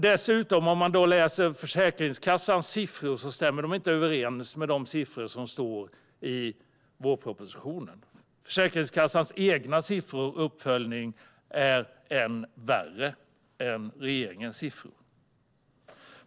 Dessutom stämmer inte Försäkringskassans siffor överens med de siffror som står i vårpropositionen. Försäkringskassans egna siffror och uppföljning är än värre än regeringens siffror.